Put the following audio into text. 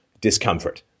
discomfort